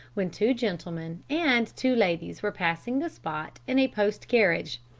when two gentlemen and two ladies were passing the spot in a post-carriage.